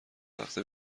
وقت